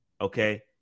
Okay